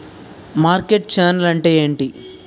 Market channel అంటే ఏంటి?